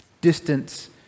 distance